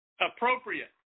appropriate